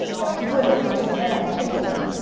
but he wouldn't, and then i chased him.